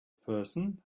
person